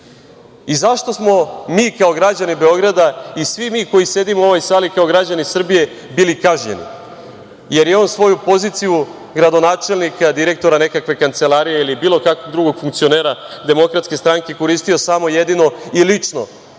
svetu? Zašto smo mi kao građani Beograda i svi mi koji sedimo u ovoj sali kao građani Srbije bili kažnjeni, jer je on svoju poziciju gradonačelnika, direktora, nekakve kancelarije ili bilo kakvog drugog funkcionera DS koristio samo jedino i lično